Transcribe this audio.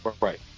Right